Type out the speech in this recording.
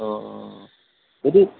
অঁ যদি